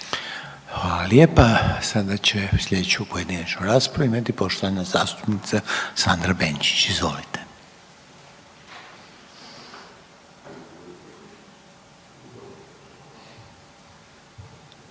Hvala lijepa. A sada će sljedeću pojedinačnu raspravu imati poštovana zastupnica Sandra Benčić. Izvolite.